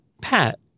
Pat